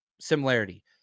similarity